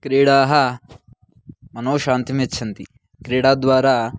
क्रीडाः मनो शान्तिं यच्छन्ति क्रीडा द्वारा